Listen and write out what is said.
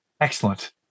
Excellent